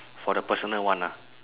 for the personal one ah